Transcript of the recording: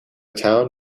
town